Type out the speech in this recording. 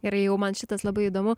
gerai jau man šitas labai įdomu